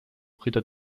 ritter